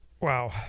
Wow